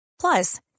Plus